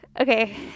okay